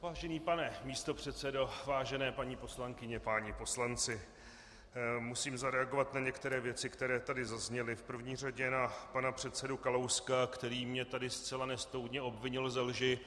Vážený pane místopředsedo, vážené paní poslankyně, páni poslanci, musím zareagovat na některé věci, které tady zazněly, v první řadě na pana předsedu Kalouska, který mě tady zcela nestoudně obvinil ze lži.